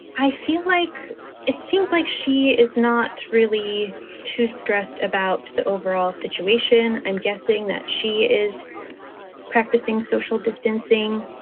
i feel like it seems like she is not really too stressed about the overall situation. i'm guessing that she is practicing social distancing.